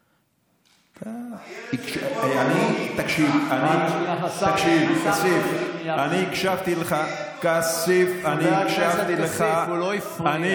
הילד, חבר הכנסת כסיף, הוא לא הפריע לך.